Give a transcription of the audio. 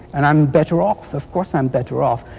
and i'm better off. of course i'm better off.